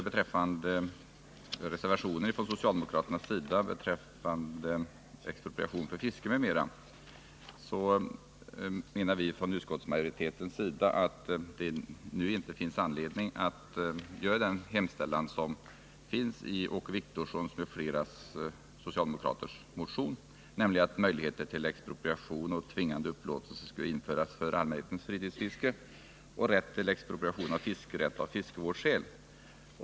Beträffande den socialdemokratiska reservationen om expropriation för fiske m.m. tycker utskottsmajoriteten att det nu inte finns någon anledning att göra en sådan hemställan som den som finns med i motion 1899 av Åke Wictorsson m.fl. Där hemställs ju att man skall införa möjligheter till expropriation och tvingande upplåtelser för allmänhetens fritidsfiske samt rätt till expropriation av fiskerätt av fiskevårdsskäl.